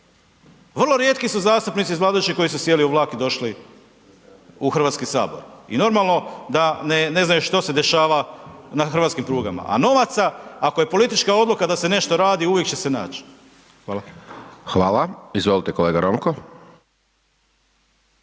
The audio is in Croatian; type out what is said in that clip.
vrlo rijetki su zastupnici iz vladajućih koji su sjeli u vlak i došli u Hrvatski sabor i normalno da ne znaju što se dešava na hrvatskim prugama. A novaca ako je politička odluka da se nešto radi uvijek će se naći. Hvala. **Hajdaš Dončić, Siniša